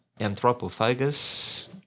Anthropophagus